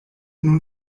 nun